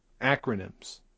acronyms